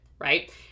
Right